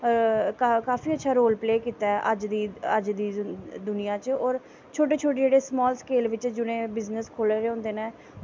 काफी अच्छा role play कीता ऐ अज्ज दी दुनियां च होर शोटे शोटे जि'नें समाल स्केल बिच्च जि'नें कम्म खोह्ले दे होंदे न